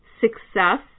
success